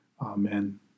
Amen